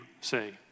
say